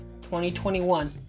2021